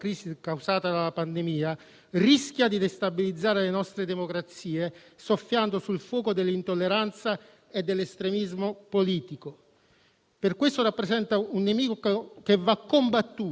Per questo rappresenta un nemico che va combattuto con freddezza e lucidità, senza alimentare ulteriormente paura e odio, senza strumentalizzazioni.